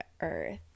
Earth